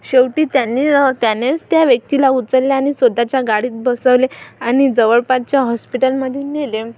शेवटी त्यांनी त्यानेच त्या व्यक्तीला उचलले आणि स्वतःच्या गाडीत बसवले आणि जवळपासच्या हॉस्पिटलमध्ये नेले